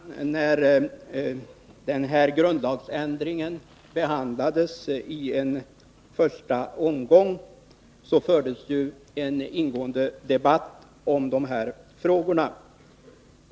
Fru talman! När förslaget om den aktuella grundlagsändringen behandladesi en första omgång fördes ju en ingående debatt om de här frågorna.